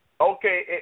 Okay